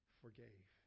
forgave